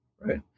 right